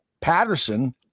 Patterson